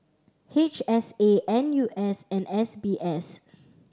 H S A N U S and S B S